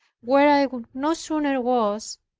where i no sooner was,